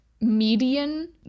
median